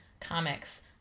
comics